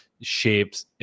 shapes